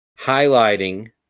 highlighting